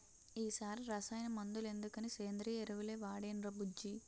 ఈ సారి రసాయన మందులెందుకని సేంద్రియ ఎరువులే వాడేనురా బుజ్జీ